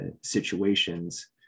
situations